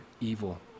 evil